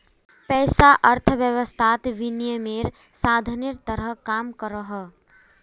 पैसा अर्थवैवस्थात विनिमयेर साधानेर तरह काम करोहो